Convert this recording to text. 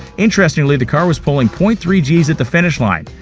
interestingly, the car was pulling point three g's at the finish line,